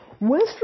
West